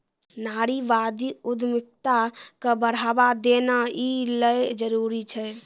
नारीवादी उद्यमिता क बढ़ावा देना यै ल जरूरी छै